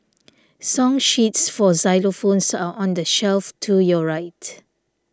song sheets for xylophones are on the shelf to your right